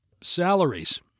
Salaries